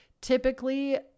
Typically